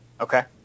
Okay